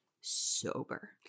sober